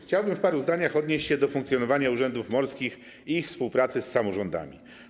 Chciałbym w paru zdaniach odnieść się do funkcjonowania urzędów morskich i ich współpracy z samorządami.